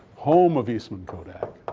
home of eastman kodak.